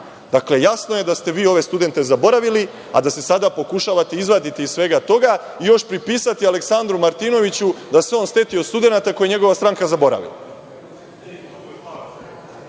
jasno je da ste vi ove studente zaboravili, a da se sada pokušavate izvaditi iz svega toga i još pripisati Aleksandru Martinoviću da se on setio studenata koje je njegova stranka zaboravila.